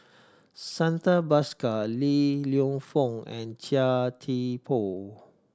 Santha Bhaskar Li Lienfung and Chia Thye Poh